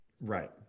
Right